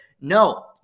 No